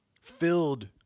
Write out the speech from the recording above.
filled